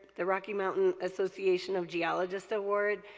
the rocky mountain association of geologists award,